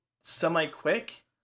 semi-quick